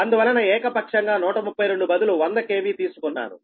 అందువలన ఏకపక్షంగా 132 బదులు 100 KV తీసుకున్నాను